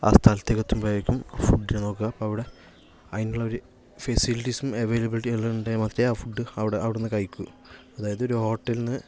ആ സ്ഥലത്തേക്ക് എത്തുമ്പോയേക്കും ഫുഡ് നോക്കാം അവിടെ അതിനുള്ള ഒരു ഫെസിലിറ്റിസും അവൈലബിലിറ്റിയും ഉണ്ടേൽ മാത്രമെ ഫുഡ് അവിടെ അവിടുന്ന് കഴിക്കു അതായത് ഒരു ഹോട്ടല് എന്ന്